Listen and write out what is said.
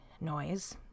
noise